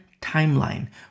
timeline